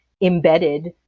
embedded